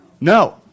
No